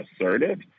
assertive